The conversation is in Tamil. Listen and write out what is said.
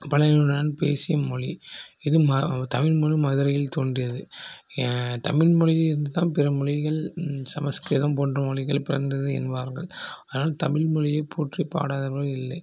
பழங்குடியினர் பேசிய மொழி இது ம தமிழ்மொழி முதலில் தோன்றியது யா தமிழ்மொழியிலிருந்து தான் பிற மொழிகள் சமஸ்கிருதம் போன்ற மொழிகள் பிறந்தது என்பார்கள் அதனால் தமிழ்மொழியைப் போற்றி பாடாதவர்கள் இல்லை